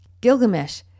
Gilgamesh